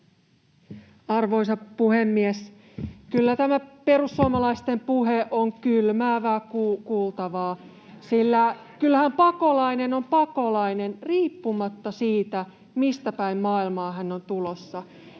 Arvoisa puhemies! Kyllä tämä perussuomalaisten puhe on kylmäävää kuultavaa, sillä kyllähän pakolainen on pakolainen riippumatta siitä, mistäpäin maailmaa hän on tulossa,